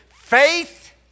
Faith